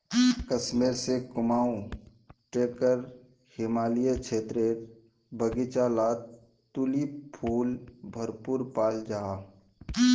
कश्मीर से कुमाऊं टेकर हिमालयी क्षेत्रेर बघिचा लात तुलिप फुल भरपूर पाल जाहा